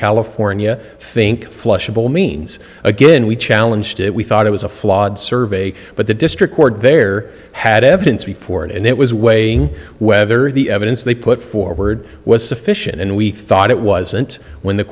california think flushable means again we challenged it we thought it was a flawed survey but the district court there had evidence before and it was weighing whether the evidence they put forward was sufficient and we thought it wasn't when the